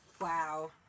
Wow